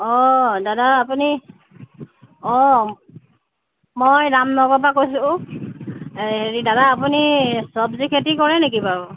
অঁ দাদা আপুনি অঁ মই ৰাম নগৰৰ পা কৈছোঁ হেৰি দাদা আপুনি চবজি খেতি কৰে নেকি বাৰু